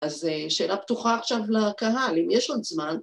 ‫אז שאלה פתוחה עכשיו לקהל, ‫אם יש עוד זמן.